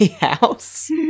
house